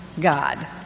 God